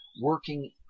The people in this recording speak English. Working